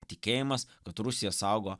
tikėjimas kad rusija saugo